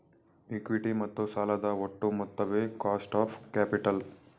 equity ಮತ್ತು ಸಾಲದ ಒಟ್ಟು ಮೊತ್ತವೇ ಕಾಸ್ಟ್ ಆಫ್ ಕ್ಯಾಪಿಟಲ್